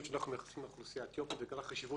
שאנחנו מייחסים לסוגיה הזאת ובגלל הרגישות